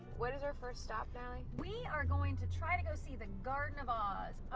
what is our first stop natalie? we are going to try to go see the garden of oz.